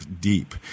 deep